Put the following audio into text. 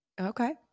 Okay